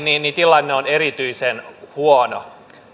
niin niin tilanne on erityisen huono